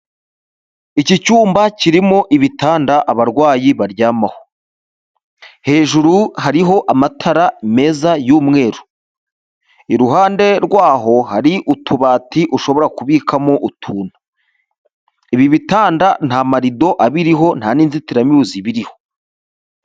Iki cyumba kirimo ibitanda abarwayi baryamaho, hejuru hariho amatara meza y'umweru, iruhande rwaho hari utubati ushobora kubikamo utuntu, ibi bitanda nta marido abiriho nta n'inzitiramibuzi zibiriho.